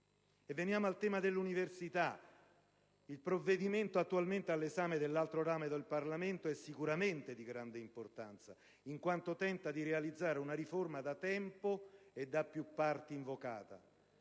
E veniamo al tema dell'università. Il provvedimento attualmente all'esame dell'altro ramo del Parlamento è sicuramente di grande importanza, in quanto tenta di realizzare una riforma da tempo e da più parti invocata.